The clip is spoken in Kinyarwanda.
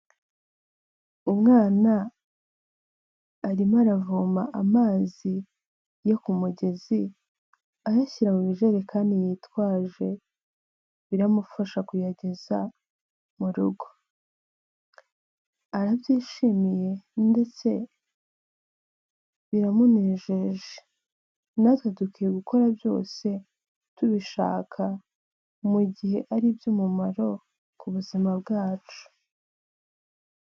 Umwana arimo aravoma amazi yo ku mugezi ayashyira mu ijerekani biramufasha kuyageza mu rugo, arabyishimiye ndetse biramunejeje natwe dukwiye gukora byose tubishaka mu gihe ari iby'umumaro ku buzima bwacu.